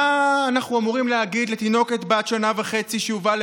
מה אנחנו אמורים להגיד לתינוקת בת שנה וחצי שהובאה